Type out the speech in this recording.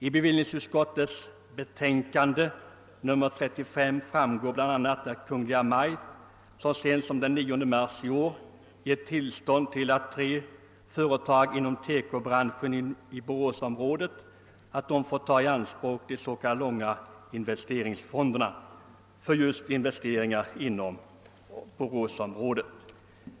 Av bevillningsutskottets betänkande nr 35 iramgår bl.a., att Kungl. Maj:t så sent som den 9 mars i år gett tillstånd för tre företag inom TEKO-branschen i Boråsområdet att ta i anspråk de s.k. långa investeringsfonderna för investeringar i Boråsområdet.